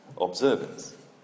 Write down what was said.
observance